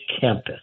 campus